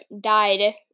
died